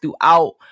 throughout